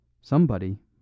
Somebody